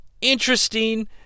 Interesting